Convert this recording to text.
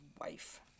wife